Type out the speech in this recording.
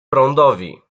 prądowi